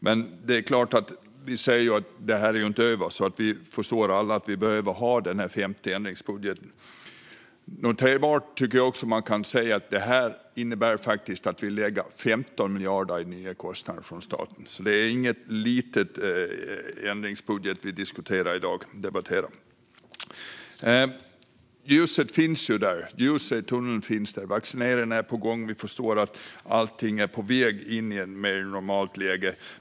Men det är klart att vi ser att detta inte är över, så vi förstår alla att vi behöver ha denna femte ändringsbudget. Det är noterbart att detta innebär att vi lägger 15 miljarder i nya kostnader från staten. Det är alltså ingen liten ändringsbudget vi diskuterar och debatterar i dag. Ljuset i tunneln finns där. Vaccineringen är på gång, och vi förstår att allting är på väg in i ett mer normalt läge.